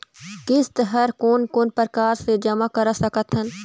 किस्त हर कोन कोन प्रकार से जमा करा सकत हन?